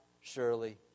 surely